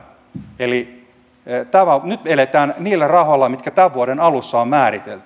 eli nyt eletään niillä rahoilla mitkä tämän vuoden alussa on määritelty